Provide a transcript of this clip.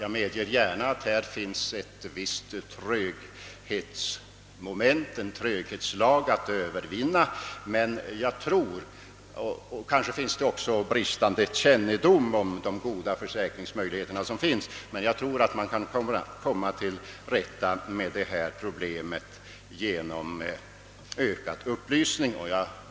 Jag medger att det här kan finnas ett visst tröghetsmoment att övervinna — kanske förekommer det också bristande kännedom om de goda försäkringsmöjligheter som står till buds — men jag tror att man kan komma till rätta med detta problem genom ökad upplysning.